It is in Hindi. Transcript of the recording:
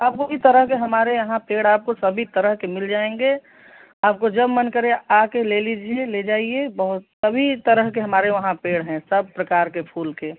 अब तरह के हमारे यहाँ पेड़ आपको सभी तरह के मिल जाएँगे आपको जब मन करे आकर ले लीजिए ले जाइए बहुत सभी तरह के हमारे वहाँ पेड़ हैं सब प्रकार के फूल के